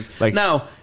Now